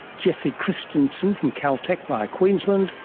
jessie christiansen from caltech via queensland,